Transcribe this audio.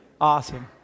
Awesome